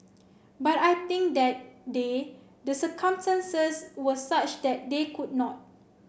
but I think that day the circumstances were such that they could not